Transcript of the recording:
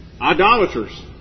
idolaters